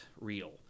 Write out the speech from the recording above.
real